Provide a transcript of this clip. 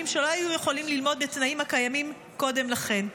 שלא היו יכולים ללמוד בתנאים הקיימים קודם לכן,